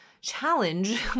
challenge